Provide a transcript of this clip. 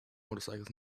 motorcycles